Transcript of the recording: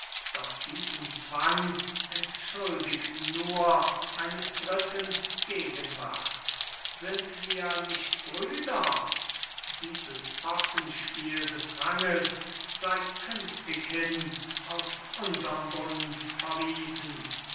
doch diesen zwang entschuldigt nur eines dritten gegenwart sind wir nicht brüder dieses possenspiel des ranges sei künftighin aus unserm bund verwiesen